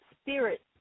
spirit